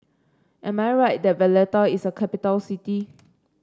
am I right that Valletta is a capital city